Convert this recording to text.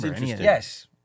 Yes